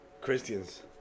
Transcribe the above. Christians